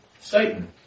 Satan